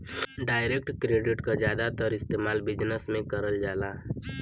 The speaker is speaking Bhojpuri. डाइरेक्ट क्रेडिट क जादातर इस्तेमाल बिजनेस में करल जाला